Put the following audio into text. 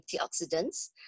antioxidants